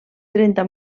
trenta